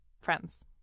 friends